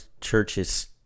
churches